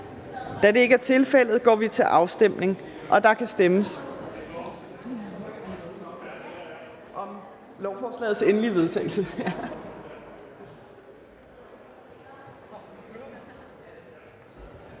Da det ikke er tilfældet, går vi til afstemning. Kl. 14:39 Afstemning